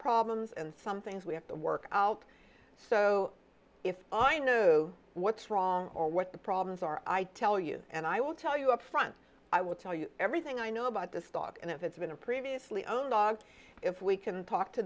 problems and some things we have to work out so if i know what's wrong or what the problems are i tell you and i will tell you up front i will tell you everything i know about this dog and if it's in a previously owned dogs if we can talk to